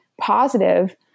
positive